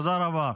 תודה רבה.